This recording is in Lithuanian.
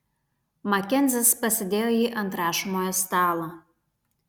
makenzis pasidėjo jį ant rašomojo stalo